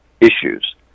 issues